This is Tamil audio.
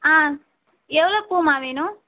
ஆ எவ்வளோ பூம்மா வேணும்